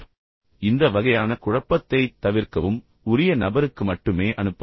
எனவே இந்த வகையான குழப்பத்தைத் தவிர்க்கவும் மிகவும் உரிய நபருக்கு மட்டுமே அனுப்பவும்